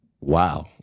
wow